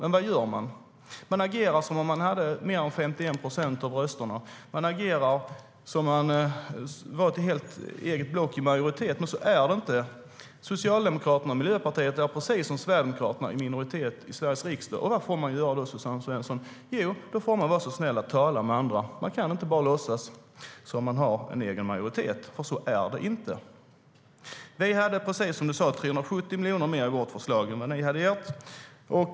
Vad gör regeringspartierna? De agerar som om de hade mer än 51 procent av rösterna, som om de hade ett eget majoritetsblock. Men så är det inte. Precis som Suzanne Svensson sa hade vi 370 miljoner mer i vårt förslag än vad ni hade i ert.